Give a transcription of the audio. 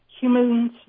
humans